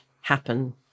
happen